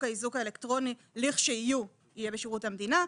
האיזוק האלקטרוני לכשיהיו יהיה בשירות המדינה,